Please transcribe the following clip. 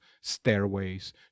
stairways